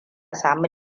sami